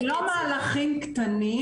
הם לא מהלכים קטנים,